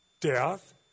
death